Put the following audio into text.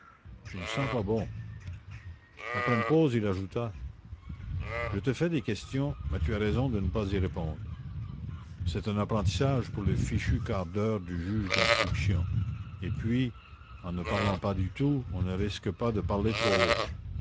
tu ne sens pas bon après une pause il ajouta je te fais des questions mais tu as raison de ne pas y répondre c'est un apprentissage pour le fichu quart d'heure du juge d'instruction et puis en ne parlant pas du tout on ne risque pas de parler trop haut